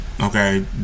okay